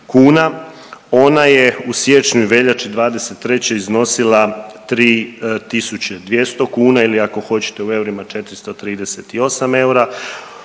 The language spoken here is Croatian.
Ona je u siječnju i veljači '23. iznosila 3 200 kuna ili ako hoćete, 438 eura,